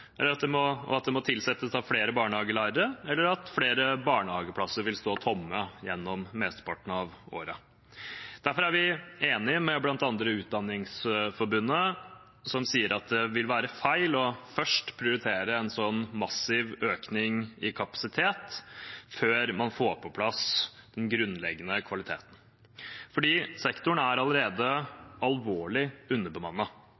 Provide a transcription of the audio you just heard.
må oppbemannes og at det må tilsettes flere barnehagelærere, eller at flere barnehageplasser vil stå tomme gjennom mesteparten av året. Derfor er vi enige med bl.a. Utdanningsforbundet, som sier at det vil være feil først å prioritere en slik massiv økning i kapasitet før man får på plass den grunnleggende kvaliteten. Sektoren er allerede